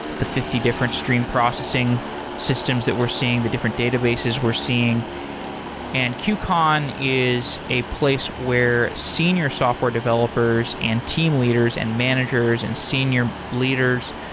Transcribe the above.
the fifty different stream processing systems that we're seeing, the different databases we're seeing and qcon is a place where senior software developers and team leaders and managers and senior leaders,